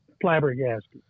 flabbergasted